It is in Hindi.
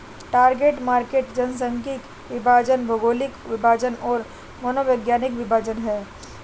टारगेट मार्केट जनसांख्यिकीय विभाजन, भौगोलिक विभाजन और मनोवैज्ञानिक विभाजन हैं